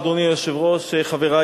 זה עניין לאומי ברמה של החיילים,